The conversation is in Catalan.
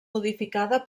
modificada